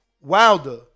Wilder